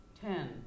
ten